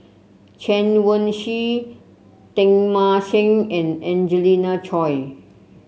Chen Wen Hsi Teng Mah Seng and Angelina Choy